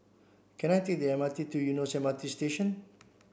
can I take the M R T to Eunos M R T Station